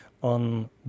on